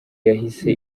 yahise